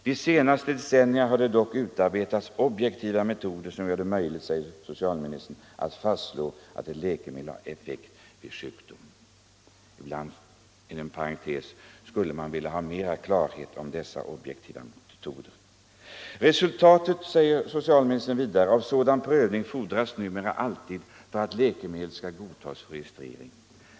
De senaste decennierna har det dock utarbetats objektiva metoder som gör det möjligt att fastslå att ett läkemedel har effekt vid sjukdom.” —- Inom parentes sagt skulle man vilja ha mera klarhet om dessa objektiva metoder. Socialministern fortsätter i svaret: ”Resultat av sådana prövningar fordras numera alltid för att läkemedel skall godtas för registrering.